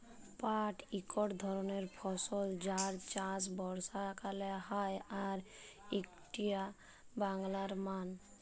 পাট একট ধরণের ফসল যার চাষ বর্ষাকালে হয় আর এইটা বাংলার মান